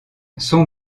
son